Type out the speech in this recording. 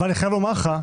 אבל אני חייב לומר לך,